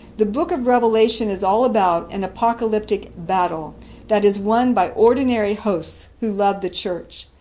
the book of revelation is all about an apocalyptic battle that is won by ordinary hosts who love the church.